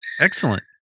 Excellent